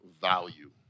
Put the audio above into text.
value